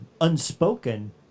unspoken